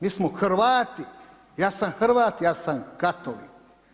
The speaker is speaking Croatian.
Mi smo Hrvati, ja sam Hrvat, ja sam katolik.